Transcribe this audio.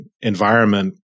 environment